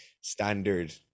standard